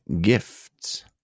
gifts